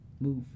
move